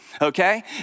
okay